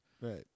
Right